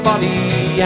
body